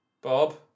Bob